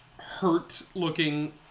hurt-looking